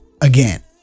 again